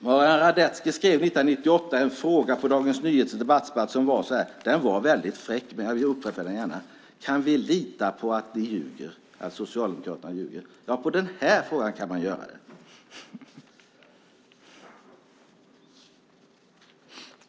Marian Radetzki skrev 1998 en fråga på Dagens Nyheters debattsida som var väldigt fräck, men jag upprepar den gärna: Kan vi lita på att Socialdemokraterna ljuger? Ja - när det gäller den här frågan kan man det.